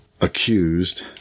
accused